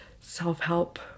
self-help